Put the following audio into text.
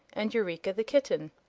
and eureka, the kitten.